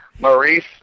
Maurice